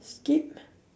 skip